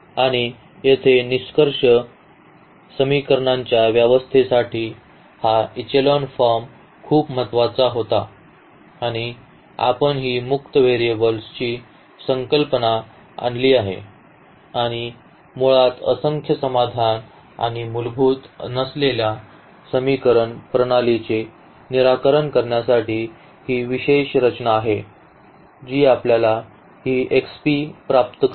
आणि येथे निष्कर्ष समीकरणांच्या व्यवस्थेसाठी हा इचेलॉन फॉर्म खूप महत्वाचा होता आणि आपण ही मुक्त व्हेरिएबलची संकल्पना आणली आहे आणि मुळात असंख्य समाधान आणि मूलभूत नसलेल्या समीकरण प्रणालीचे निराकरण करण्यासाठी ही विशेष रचना आहे जी आपल्याला ही xp प्राप्त करते